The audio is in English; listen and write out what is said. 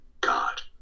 God